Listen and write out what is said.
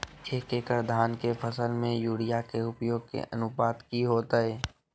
एक एकड़ धान के फसल में यूरिया के उपयोग के अनुपात की होतय?